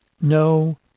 no